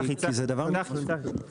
כי זה דבר --- שנייה, צחי, צחי.